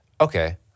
okay